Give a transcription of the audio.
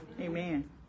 Amen